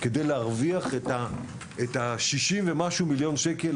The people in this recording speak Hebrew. כדי להרוויח את ה-60 ומשהו מיליון שקל,